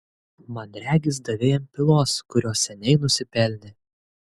man regis davei jam pylos kurios seniai nusipelnė